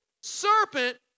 Serpent